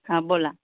हां बोला